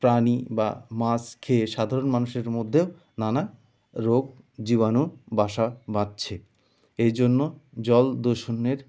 প্রাণী বা মাছ খেয়ে সাধারণ মানুষের মধ্যেও নানা রোগ জীবাণু বাসা বাঁধছে এই জন্য জল দূষণের